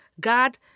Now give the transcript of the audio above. God